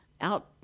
out